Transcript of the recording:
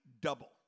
double